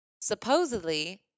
supposedly